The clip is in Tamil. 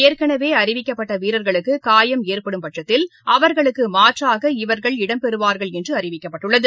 ஏற்கனவே அறிவிக்கப்பட்ட வீரர்களுக்கு காயமு் ஏற்படும் பட்சத்தில் அவர்களுக்கு மாற்றாக இவர்கள் இடம்பெறுவார்கள் என்று அறிவிக்கப்பட்டுள்ளது